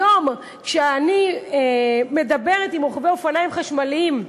היום, כשאני מדברת עם רוכבי אופניים חשמליים,